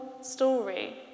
Story